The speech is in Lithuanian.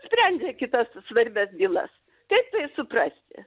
sprendė kitas svarbias bylas kaip tai suprasti